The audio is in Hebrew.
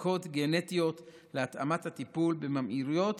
ובדיקות גנטיות להתאמת הטיפול בממאירויות